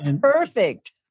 perfect